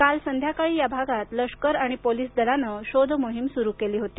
काल संध्याकाळी या भागात लष्कर आणि पोलीसदलानं शोध मोहीम सुरू केली होती